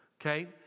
Okay